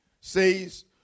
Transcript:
says